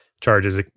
charges